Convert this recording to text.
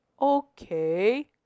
Okay